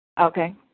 Okay